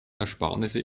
ersparnisse